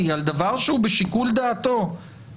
הם יכולים לקבל את המידע על מב"דים לזמן ארוך.